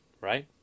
right